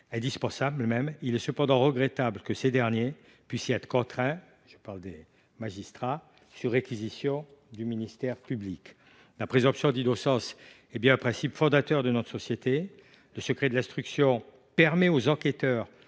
indispensable, il est regrettable qu’ils puissent être contraints de le faire sur réquisition du ministère public. La présomption d’innocence est un principe fondateur de notre société. Le secret de l’instruction permet aux enquêteurs